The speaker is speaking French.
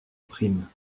prime